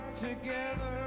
together